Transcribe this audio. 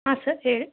ಹಾಂ ಸರ್ ಹೇಳಿ